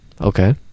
Okay